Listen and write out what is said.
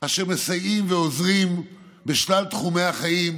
אשר מסייעים ועוזרים בשלל תחומי החיים: